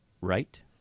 Right